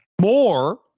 more